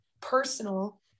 personal